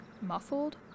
Muffled